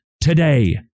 today